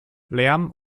lärm